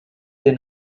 deny